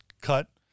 cut